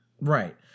Right